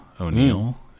O'Neill